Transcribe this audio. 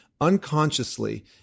unconsciously